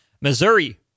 Missouri